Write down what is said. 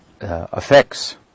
effects